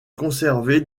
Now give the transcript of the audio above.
conservée